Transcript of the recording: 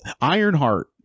Ironheart